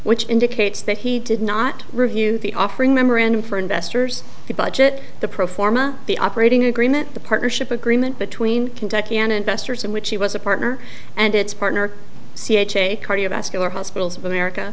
which indicates that he did not review the offering memorandum for investors to budget the pro forma the operating agreement the partnership agreement between kentucky and investors in which he was a partner and its partner c h a cardiovascular hospitals of america